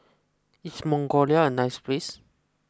is Mongolia a nice place